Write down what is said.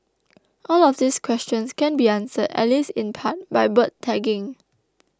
all of these questions can be answered at least in part by bird tagging